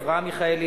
אברהם מיכאלי,